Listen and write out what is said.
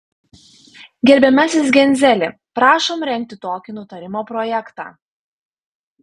gerbiamasis genzeli prašom rengti tokį nutarimo projektą